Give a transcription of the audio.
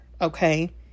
okay